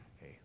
Hey